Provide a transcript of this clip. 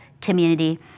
community